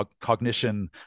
cognition